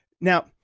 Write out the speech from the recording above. Now